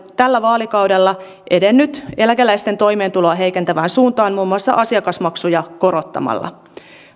tällä vaalikaudella edennyt eläkeläisten toimeentuloa heikentävään suuntaan muun muassa asiakasmaksuja korottamalla